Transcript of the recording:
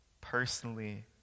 personally